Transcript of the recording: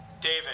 David